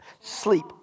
Sleep